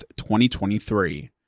2023